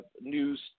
news